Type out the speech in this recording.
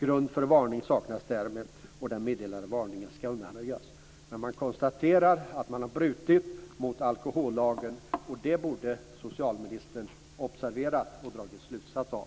Grund för varning saknas därmed och den meddelade varningen skall undanröjas." Här konstateras att man har brutit mot alkohollagen. Det borde socialministern observera och dra sin slutsats av.